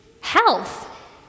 health